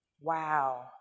Wow